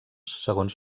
segons